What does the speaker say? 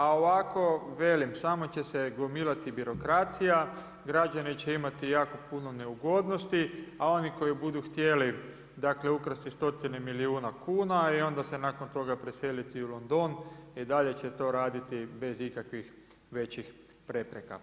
A ovako velim samo će se gomilati birokracija, građani će imati jako puno neugodnosti a oni koji budu htjeli dakle ukrasti stotine milijuna kuna i onda se nakon toga preseliti u London i dalje će to raditi bez ikakvih većih prepreka.